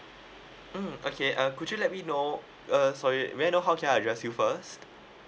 mm okay uh could you let me know uh sorry may I know how can I address you first